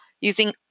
using